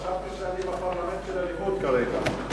חשבתי שאני בפרלמנט של הליכוד כרגע.